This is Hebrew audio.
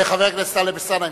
חבר הכנסת טלב אלסאנע,